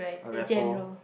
a rapport